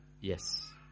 Yes